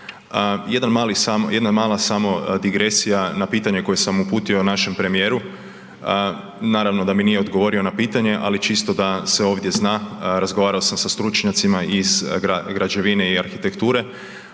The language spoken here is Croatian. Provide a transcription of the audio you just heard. jedna malo samo digresija na pitanje koje sam uputio našem premijeru, naravno da mi nije odgovorio na pitanje, ali čisto da se ovdje zna, razgovarao sam sa stručnjacima iz građevine i arhitekture.